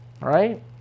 right